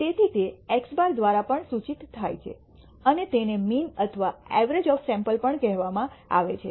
તેથી તે પ્રતીક x̅ દ્વારા પણ સૂચિત થાય છે અને તેને મીન અથવા ઐવ્રજ ઓફ સૈમ્પલ પણ કહેવામાં આવે છે